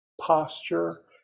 posture